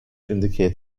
indicate